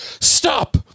Stop